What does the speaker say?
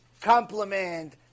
compliment